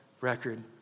record